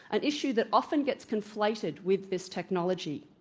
an issue that often gets conflated with this technology.